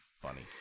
funny